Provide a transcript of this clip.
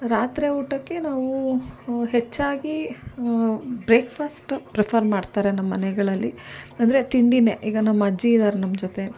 ರಾತ್ರಿ ಊಟಕ್ಕೆ ನಾವು ಹೆಚ್ಚಾಗಿ ಬ್ರೇಕ್ಫಾಸ್ಟ್ ಪ್ರಿಫರ್ ಮಾಡ್ತಾರೆ ನಮ್ಮನೆಗಳಲ್ಲಿ ಅಂದರೆ ತಿಂಡಿನೇ ಈಗ ನಮ್ಮಜ್ಜಿ ಇದ್ದಾರೆ ನಮ್ಮ ಜೊತೆ